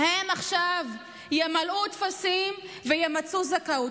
הם עכשיו ימלאו טפסים וימצו זכאות.